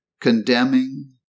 condemning